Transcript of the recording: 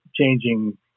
changing